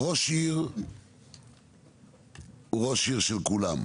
ראש עיר הוא ראש עיר של כולם,